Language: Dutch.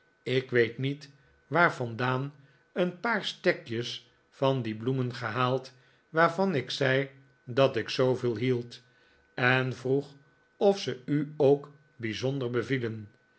ik weet niet waar vandaan een paar stekjes van die bloemen gehaald waarvan ik zei dat ik zooveel hield en vroeg of ze u ook zoo bijzonder bevielens